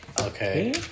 Okay